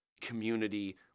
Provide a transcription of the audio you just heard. community